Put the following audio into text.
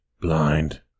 blind